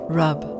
rub